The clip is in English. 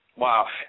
Wow